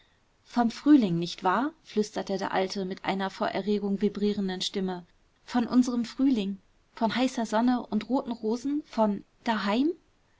vom frühling nicht wahr flüsterte der alte mit einer vor erregung vibrierenden stimme von unserem frühling von heißer sonne und roten rosen von daheim